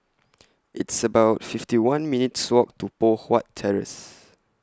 It's about fifty one minutes' Walk to Poh Huat Terrace